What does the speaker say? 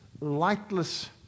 lightless